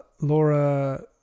Laura